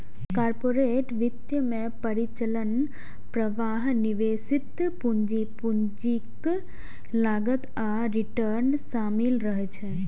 corporate वित्त मे परिचालन प्रवाह, निवेशित पूंजी, पूंजीक लागत आ रिटर्न शामिल रहै छै